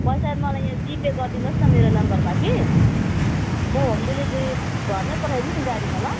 पैसा मलाई यहाँ जिपे गरिदिनुहोस् न मेरो नम्बरमा कि म होम डेलिभरी घरमै पठाइदिन्छु गाडीमा ल